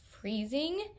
freezing